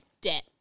Debt